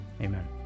Amen